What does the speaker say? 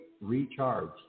recharged